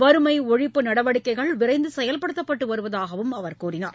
வறுமை ஒழிப்பு நடவடிக்கைகள் விரைந்து செயல்படுத்தப்பட்டு வருவதாகவும் அவர் கூறினார்